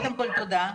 תודה.